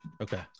okay